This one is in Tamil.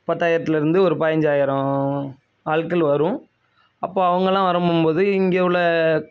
பத்தாயிரத்துலிருந்து ஒரு பதினஞ்சாயிரம் ஆட்கள் வரும் அப்போ அவங்கள்லாம் வரும்போது இங்கே உள்ள